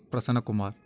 Prasannakumar